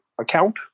account